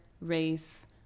race